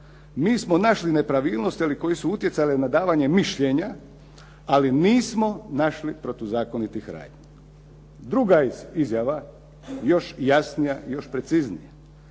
mi smo našli nepravilnosti, ali koje su utjecale na davanje mišljenja, ali nismo našli protuzakonitih radnji." Druga izjava, još je jasnija i još preciznija.